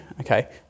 okay